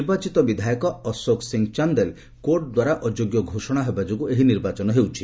ନିର୍ବାଚିତ ବିଧାୟକ ଅଶୋକ ସିଂ ଚାନ୍ଦେଲ କୋର୍ଟ ଦ୍ୱାରା ଅଯୋଗ୍ୟ ଘୋଷଣା ହେବା ଯୋଗୁଁ ଏହି ନିର୍ବାଚନ ହେଉଛି